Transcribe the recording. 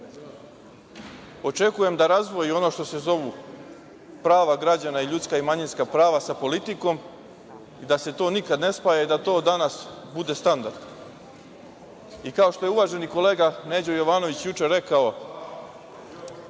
očekujem da razdvoji ono što se zovu prava građana i ljudska i manjinska prava sa politikom, i da se to nikada ne spaja i da to danas bude standard. Kao što je uvaženi kolega Neđo Jovanović juče rekao,